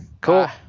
Cool